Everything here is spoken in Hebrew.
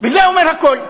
וזה אומר הכול.